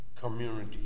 community